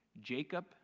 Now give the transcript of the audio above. Jacob